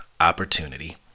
opportunity